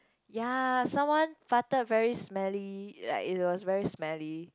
ya someone farted very smelly like it was very smelly